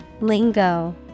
Lingo